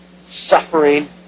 suffering